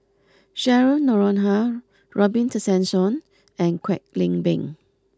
Cheryl Noronha Robin Tessensohn and Kwek Leng Beng